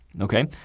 Okay